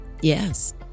yes